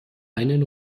einen